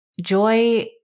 Joy